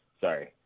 Sorry